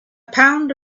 pound